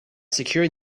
securing